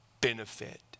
benefit